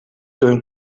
turned